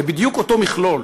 זה בדיוק אותו מכלול.